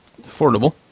affordable